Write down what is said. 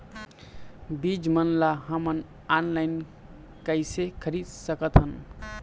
बीज मन ला हमन ऑनलाइन कइसे खरीद सकथन?